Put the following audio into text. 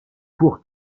pour